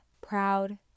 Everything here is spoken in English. proud